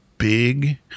Big